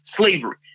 slavery